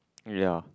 ya